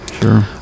sure